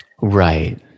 Right